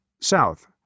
South